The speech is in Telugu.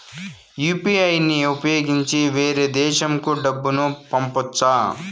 యు.పి.ఐ ని ఉపయోగించి వేరే దేశంకు డబ్బును పంపొచ్చా?